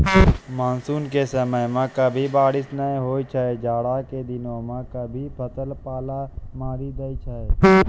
monsoon के समय मॅ कभी बारिश नाय होय छै, जाड़ा के दिनों मॅ कभी फसल क पाला मारी दै छै